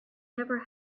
never